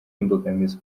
imbogamizi